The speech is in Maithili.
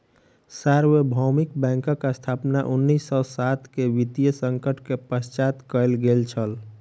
सार्वभौमिक बैंकक स्थापना उन्नीस सौ सात के वित्तीय संकट के पश्चात कयल गेल छल